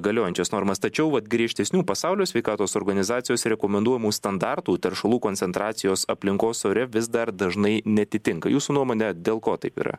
galiojančias normas tačiau vat griežtesnių pasaulio sveikatos organizacijos rekomenduojamų standartų teršalų koncentracijos aplinkos ore vis dar dažnai neatitinka jūsų nuomone dėl ko taip yra